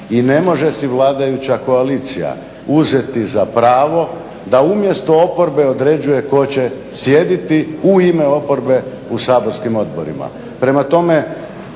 i ne može si vladajuća koalicija uzeti za pravo da umjesto oporbe određuje tko će sjediti u ime oporbe u saborskim odborima.